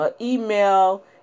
email